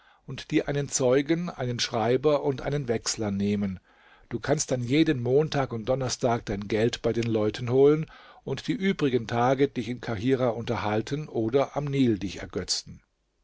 und dir einen zeugen einen schreiber und einen wechsler nehmen du kannst dann jeden montag und donnerstag dein geld bei den leuten holen und die übrigen tage dich in kahirah unterhalten oder am nil dich ergötzen